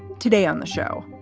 today on the show,